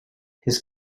his